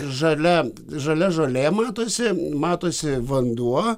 žalia žalia žolė matosi matosi vanduo